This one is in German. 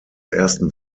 ersten